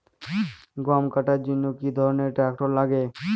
গম কাটার জন্য কি ধরনের ট্রাক্টার লাগে?